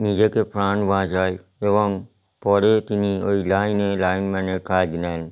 নিজেকে প্রাণ বাঁচায় এবং পরে তিনি ওই লাইনে লাইনম্যানের কাজ নেন